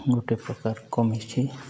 ଗୋଟେ ପ୍ରକାର କମିଛି